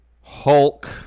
Hulk